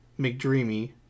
McDreamy